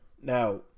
Now